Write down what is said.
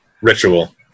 Ritual